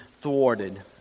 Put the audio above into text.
thwarted